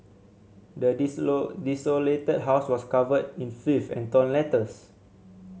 the desolated house was covered in filth and torn letters